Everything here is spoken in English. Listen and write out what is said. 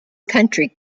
country